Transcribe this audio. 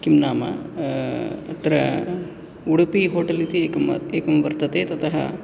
किं नाम अत्र उडुपी होटल् इति एकम् एकं वर्तते ततः